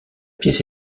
pièce